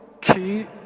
Key